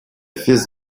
fils